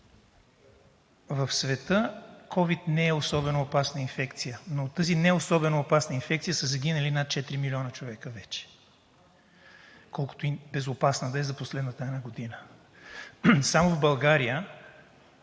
В света ковид не е особено опасна инфекция, но от тази неособено опасна инфекция са загинали вече над 4 милиона човека. Колкото и безопасна да е за последната една година. Само в България